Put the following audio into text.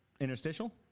Interstitial